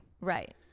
right